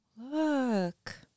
Look